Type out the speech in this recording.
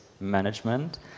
management